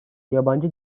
yabancı